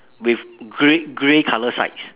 with gre~ grey colour sides